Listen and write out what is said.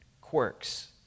quirks